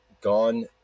gone